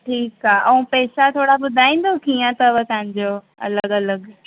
ठीकु आहे ऐं पैसा थोरा ॿुधाईंदो कीअं अथव तव्हां जो अलॻि अलॻि